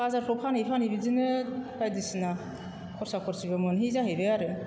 बाजारफ्राव फानै फानै बिदिनो बायदिसिना खरसा खरसिबो मोनहैयो जाहैबाय आरो